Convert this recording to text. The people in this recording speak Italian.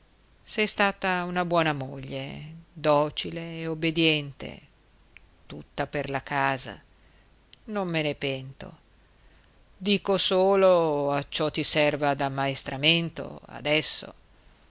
sei stata una buona moglie docile e obbediente tutta per la casa non me ne pento dico solo acciò ti serva d'ammaestramento adesso